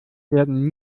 werden